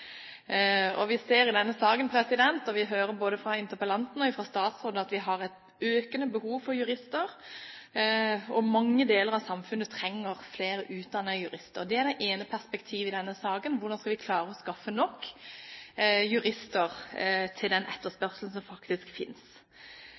manøvrere. Vi ser i denne saken, og vi hører både fra interpellanten og fra statsråden, at vi har et økende behov for jurister. Mange deler av samfunnet trenger flere utdannede jurister. Det er det ene perspektivet i denne saken: Hvordan skal vi klare å skaffe nok jurister til den